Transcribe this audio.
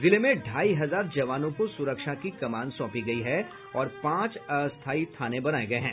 जिले में ढाई हजार जवानों को सुरक्षा की कमॉन सौपी गयी है और पांच अस्थायी थाने बनाये गये हैं